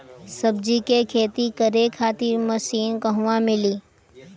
सब्जी के खेती करे खातिर मशीन कहवा मिली?